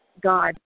God